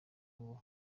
ngo